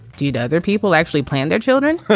did other people actually plan their children?